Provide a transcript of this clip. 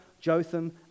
Jotham